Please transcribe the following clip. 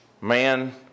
man